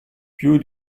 più